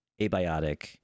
Abiotic